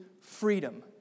freedom